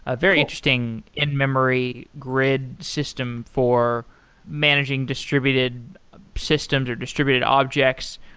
ah very interesting in-memory grid system for managing distributed systems or distributed objects.